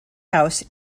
house